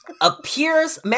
Appears